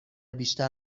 بیشتر